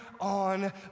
on